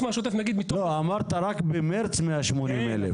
אמרת שרק במרץ 180,000. כן,